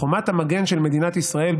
וחומת המגן של מדינת ישראל,